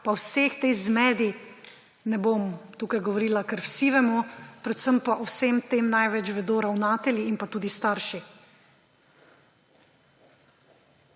pa o vsej tej zmedi ne bom tukaj govorila, ker vsi vemo, predvsem pa o vsem tem največ vedo ravnatelji in tudi starši.